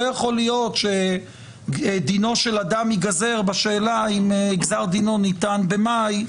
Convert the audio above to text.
לא יכול להיות שדינו של אדם ייגזר בשאלה אם גזר דינו ניתן במאי.